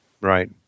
Right